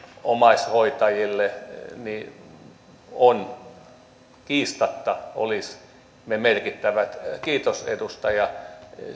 omaishoitajille kiistatta olisi merkittävä kiitos edustaja